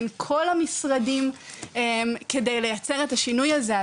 בין כל המשרדים כדי לייצר את השינוי הזה.